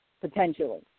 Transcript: potentially